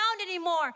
anymore